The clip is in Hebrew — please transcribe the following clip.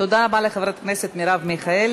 תודה רבה לחברת הכנסת מרב מיכאלי.